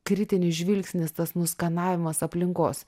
kritinis žvilgsnis tas nuskanavimas aplinkos